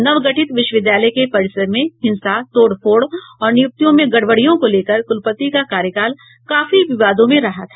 नवगठित विश्वविद्यालय के परिसर में हिंसा तोड़फोड़ और नियुक्तियों में गड़बड़ियों को लेकर कुलपति का कार्यकाल काफी विवादों में रहा था